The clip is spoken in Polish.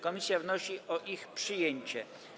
Komisja wnosi o ich przyjęcie.